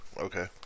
Okay